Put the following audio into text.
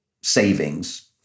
savings